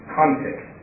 context